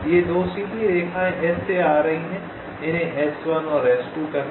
ये 2 सीधी रेखाएँ S से आ रही हैं इन्हें S1 और S2 कहें